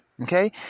Okay